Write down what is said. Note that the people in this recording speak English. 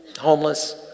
homeless